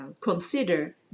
consider